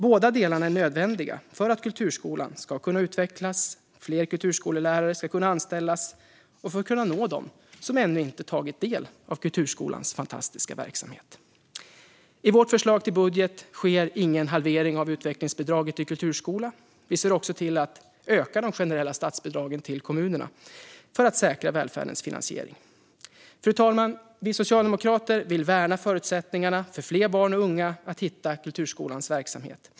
Båda delarna är nödvändiga för att kulturskolan ska kunna utvecklas och fler kulturskollärare ska kunna anställas och för att man ska kunna nå dem som ännu inte tagit del av kulturskolans fantastiska verksamhet. I vårt förslag till budget sker ingen halvering av utvecklingsbidraget till kulturskolan. Vi ser också till att öka de generella statsbidragen till kommunerna för att säkra välfärdens finansiering. Fru talman! Vi socialdemokrater vill värna förutsättningarna för fler barn och unga att hitta kulturskolans verksamhet.